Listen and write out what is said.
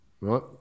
right